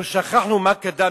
אני חושב שבכלל אנחנו שכחנו מה קדם